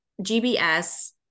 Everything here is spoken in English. GBS